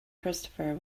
christopher